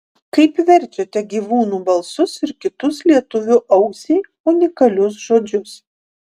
kaip verčiate gyvūnų balsus ir kitus lietuvio ausiai unikalius žodžius